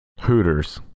Hooters